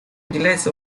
уделяется